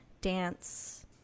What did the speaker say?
dance